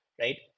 Right